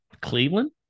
Cleveland